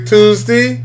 Tuesday